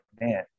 man